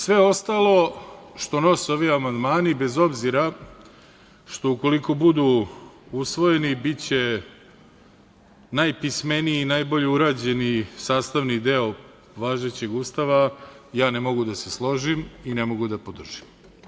Sve ostalo što nose ove amandmani, bez obzira što, ukoliko budu usvojeni, biće najpismeniji i najbolje urađeni sastavni deo važećeg Ustava, ja ne mogu da se složim i ne mogu da podržim.